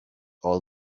all